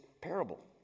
parable